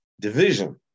division